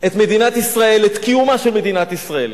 את קיומה של מדינת ישראל,